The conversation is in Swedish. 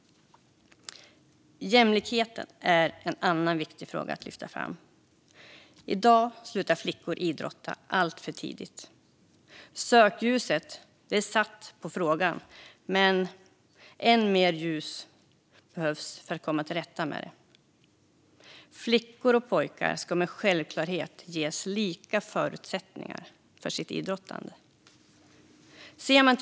Jämlikheten är en annan viktig fråga att lyfta fram. I dag slutar flickor idrotta alltför tidigt. Sökljuset är satt på frågan, men än mer ljus behövs för att man ska komma till rätta med detta. Flickor och pojkar ska med självklarhet ges lika förutsättningar för sitt idrottande.